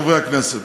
חברי הכנסת,